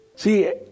See